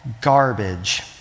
garbage